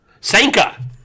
Sanka